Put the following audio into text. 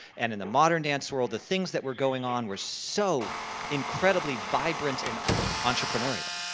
and in the modern dance world the things that were going on were so incredibly vibrant and entrepreneurial.